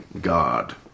God